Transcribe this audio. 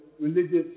religious